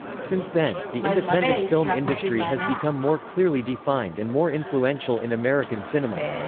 since then, the independent film industry has become more clearly defined and more influential in american cinema.